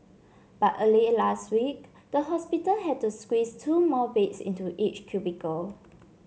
but early last week the hospital had to squeeze two more beds into each cubicle